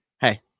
hey